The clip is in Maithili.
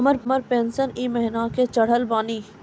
हमर पेंशन ई महीने के चढ़लऽ बानी?